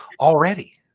already